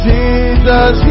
Jesus